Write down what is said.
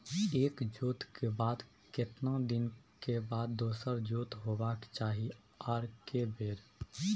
एक जोत के बाद केतना दिन के बाद दोसर जोत होबाक चाही आ के बेर?